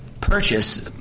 purchase